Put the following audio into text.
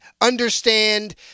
understand